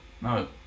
No